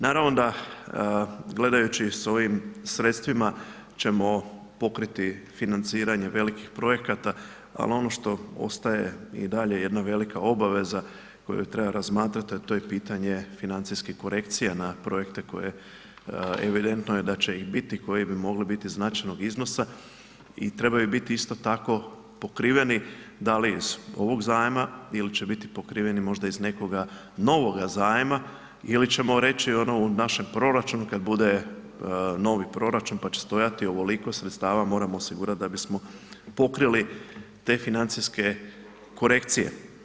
Naravno da gledajući s ovim sredstvima ćemo pokriti financiranje velikih projekata, al ono što ostaje i dalje jedna velika obaveza koju treba razmatrat, a to je pitanje financijskih korekcija na projekte koje, evidentno je da će ih biti koji bi mogli biti značajnog iznosa i trebaju biti isto tako pokriveni da li iz ovog zajma il će biti pokriveni iz nekoga novoga zajma ili ćemo reći u našem proračunu kada bude novi proračun pa će stajati ovoliko sredstava moramo osigurati da bismo pokrili te financijske korekcije.